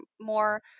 more